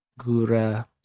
Gura